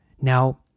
Now